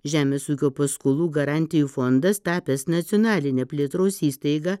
žemės ūkio paskolų garantijų fondas tapęs nacionaline plėtros įstaiga